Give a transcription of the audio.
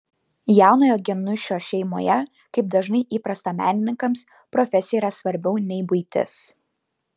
jaunojo geniušo šeimoje kaip dažnai įprasta menininkams profesija yra svarbiau nei buitis